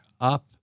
up